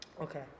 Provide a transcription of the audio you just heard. Okay